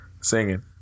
singing